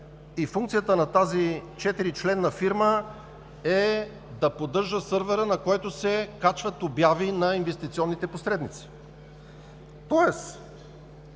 и функцията на тази четиричленна фирма е да поддържа сървъра, на който се качват обяви на инвестиционните посредници.